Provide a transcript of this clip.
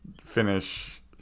finish